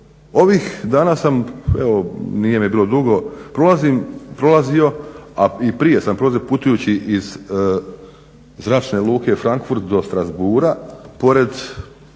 Ovih dana sam, evo nije me bilo dugo, prolazio a i prije sam prolazio putujući iz Zračne luke Frankfurt do Strasbourga pored